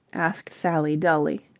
asked sally, dully.